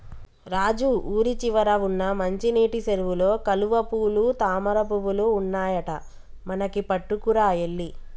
రాజు ఊరి చివర వున్న మంచినీటి సెరువులో కలువపూలు తామరపువులు ఉన్నాయట మనకి పట్టుకురా ఎల్లి